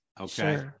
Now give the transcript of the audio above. okay